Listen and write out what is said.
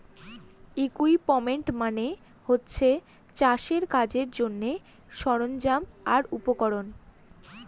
equipment মানে হচ্ছে চাষের কাজের জন্যে সরঞ্জাম আর উপকরণ